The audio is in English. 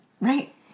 Right